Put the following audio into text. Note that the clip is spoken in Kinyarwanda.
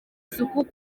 isuku